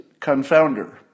confounder